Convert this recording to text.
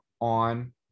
on